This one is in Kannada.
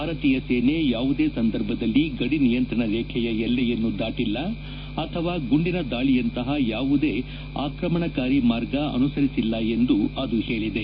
ಭಾರತೀಯ ಸೇನೆ ಯಾವುದೇ ಸಂದರ್ಭದಲ್ಲಿ ಗಡಿ ನಿಯಂತ್ರಣ ರೇಚೆಯ ಎಲ್ಲೆಯನ್ನು ದಾಟಲ್ಲ ಅಥವಾ ಗುಂಡಿನ ದಾಳಿಯಂತಹ ಯಾವುದೇ ಆಕ್ರಮಣಕಾರಿ ಮಾರ್ಗ ಅನುಸರಿಸಿಲ್ಲ ಎಂದು ಅದು ಹೇಳಿದೆ